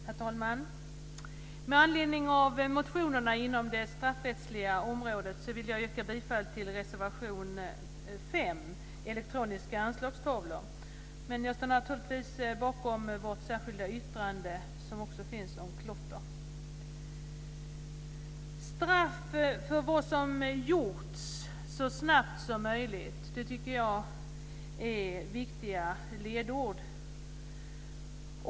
Herr talman! Med anledning av motionerna inom det straffrättsliga området vill jag yrka bifall till reservation 5 om elektroniska anslagstavlor. Jag står naturligtvis också bakom vårt särskilda yttrande om klotter. Straff för det som gjorts så snabbt som möjligt, är viktiga ledord.